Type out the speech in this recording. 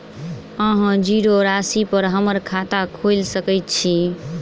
अहाँ जीरो राशि पर हम्मर खाता खोइल सकै छी?